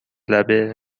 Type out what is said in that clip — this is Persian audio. لبه